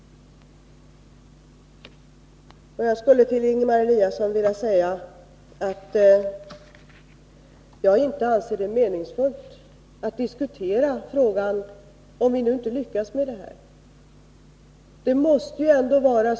Jag skulle till Ingemar Eliasson vilja säga att jag inte anser det meningsfullt att diskutera frågan om vi nu inte kommer att lyckas med detta.